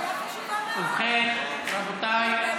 אם כן, רבותיי,